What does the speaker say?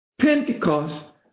Pentecost